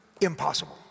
impossible